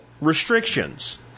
restrictions